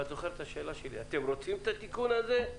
ואת זוכרת את השאלה: אתם רוצים את התיקון הזה?